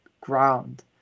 ground